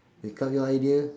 wake up your idea